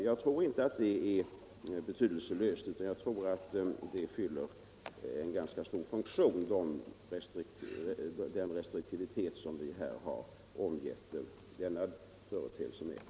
Jag tror inte att den — Nr 23 restriktivitet som vi har omgett denna företeelse med är betydelselös, Torsdagen den